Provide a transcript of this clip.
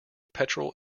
petrol